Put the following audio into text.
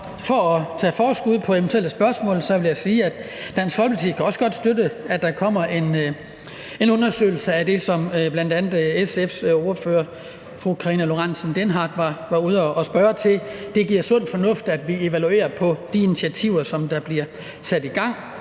for at tage forskud på eventuelle spørgsmål vil jeg sige, at Dansk Folkeparti også godt kan støtte, at der kommer en undersøgelse af det, som bl.a. SF's ordfører fru Karina Lorentzen Dehnhardt spurgte til. Der er sund fornuft i, at vi evaluerer de initiativer, som der bliver sat i gang